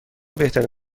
بهترین